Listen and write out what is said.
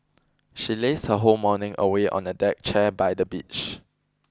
she lazed her whole morning away on a deck chair by the beach